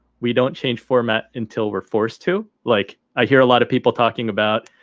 we don't change format until we're forced to like i hear a lot of people talking about.